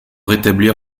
rétablir